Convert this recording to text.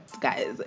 guys